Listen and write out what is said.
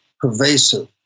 pervasive